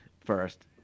first